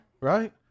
right